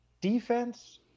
defense